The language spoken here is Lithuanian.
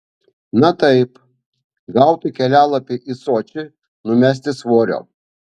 na taip gauti kelialapį į sočį numesti svorio